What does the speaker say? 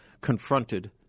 confronted